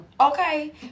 Okay